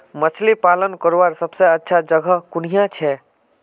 मछली पालन करवार सबसे अच्छा जगह कुनियाँ छे?